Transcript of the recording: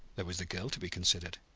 there was the girl to be considered.